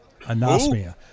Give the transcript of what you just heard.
Anosmia